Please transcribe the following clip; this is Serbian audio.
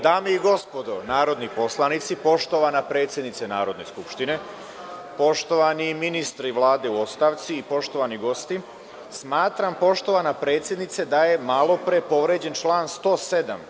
Dame i gospodo narodni poslanici, poštovana predsednice Narodne skupštine, poštovani ministre i Vlado u ostavci, poštovani gosti, smatram, poštovana predsednice, da je malopre povređen član 107.